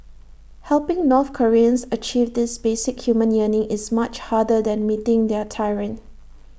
helping north Koreans achieve this basic human yearning is much harder than meeting their tyrant